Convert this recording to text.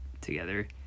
together